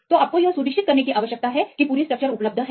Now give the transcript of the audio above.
तो आपको यह सुनिश्चित करने की आवश्यकता है कि पूरी स्ट्रक्चर उपलब्ध है